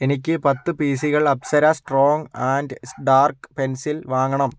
എനിക്ക് പത്ത് പീസികൾ Apsara strong and dark pencil വാങ്ങണം